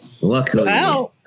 Luckily